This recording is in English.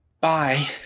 Bye